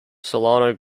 solano